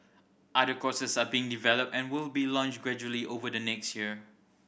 other courses are being developed and will be launched gradually over the next year